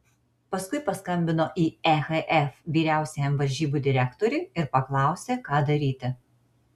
paskui paskambino į ehf vyriausiajam varžybų direktoriui ir paklausė ką daryti